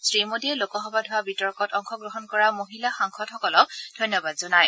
শ্ৰীমোডীয়ে লোকসভাত হোৱা বিতৰ্কত অংশগ্ৰহণ কৰা মহিলা সাংসদসকলক ধন্যবাদ জনায়